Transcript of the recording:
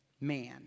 man